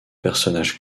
personnage